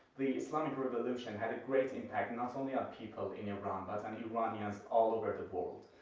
the islamic revolution had a great impact not only on people in iran, but on iranians all over the world.